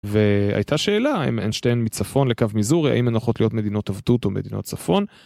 והייתה שאלה האם אינשטיין מצפון לקו מיזור, האם הן יכולות להיות מדינות עבדות או מדינות צפון?